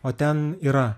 o ten yra